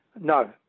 No